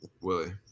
Willie